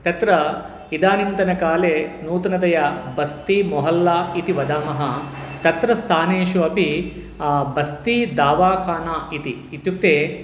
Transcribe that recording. तत्र इदानीन्तनकाले नूतनतया बस्ति मोहल्ला इति वदामः तत्र स्थानेषु अपि बस्ति दावाखाना इति इत्युक्ते